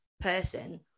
person